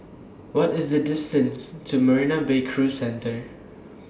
What IS The distance to Marina Bay Cruise Centre